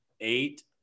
eight